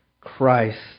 Christ